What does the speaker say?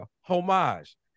homage